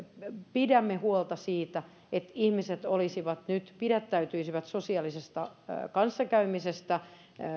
pidämme huolta siitä että ihmiset pidättäytyisivät sosiaalisesta kanssakäymisestä